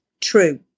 true